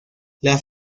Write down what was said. las